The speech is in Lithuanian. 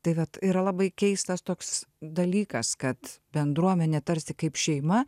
tai vat yra labai keistas toks dalykas kad bendruomenė tarsi kaip šeima